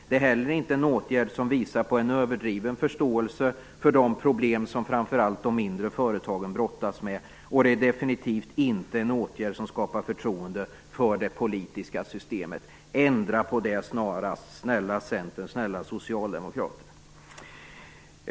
Det är heller inte en åtgärd som visar på en överdriven förståelse för de problem som framför allt de mindre företagen brottas med, och det är definitivt inte en åtgärd som skapar förtroende för det politiska systemet. Ändra på det snarast, snälla Centern och Socialdemokraterna!